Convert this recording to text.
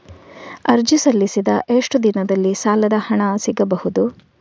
ಅರ್ಜಿ ಸಲ್ಲಿಸಿದ ಎಷ್ಟು ದಿನದಲ್ಲಿ ಸಾಲದ ಹಣ ಸಿಗಬಹುದು?